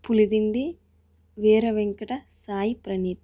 Pulidindi Veera Venkata Sai Praneeth